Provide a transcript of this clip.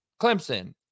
Clemson